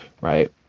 right